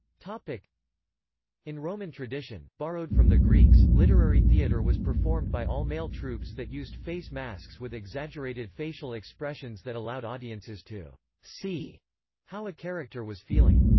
like in roman tradition, borrowed from the greeks, literary theatre was performed by all-male troupes that used face masks with exaggerated facial expressions that allowed audiences to see how a character was feeling.